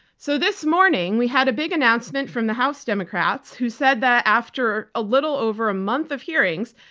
so this morning we had a big announcement from the house democrats who said that after a little over a month of hearings,